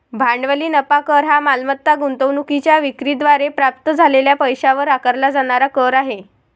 भांडवली नफा कर हा मालमत्ता गुंतवणूकीच्या विक्री द्वारे प्राप्त झालेल्या पैशावर आकारला जाणारा कर आहे